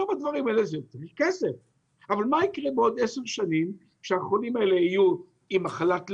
אבל מה יקרה בעוד עשר שנים כשהחולים האלה יהיו עם מחלת לב,